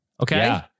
Okay